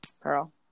Pearl